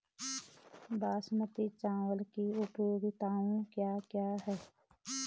बासमती चावल की उपयोगिताओं क्या क्या हैं?